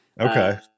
okay